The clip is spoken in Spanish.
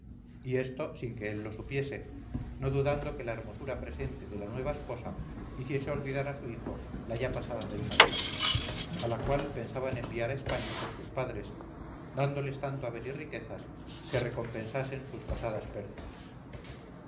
y esto sin que él lo supiese no dudando que la hermosura presente de la nueva esposa hiciese olvidar a su hijo la ya pasada de isabela a la cual pensaban enviar a españa con sus padres dándoles tanto haber y riquezas que recompensasen sus pasadas pérdidas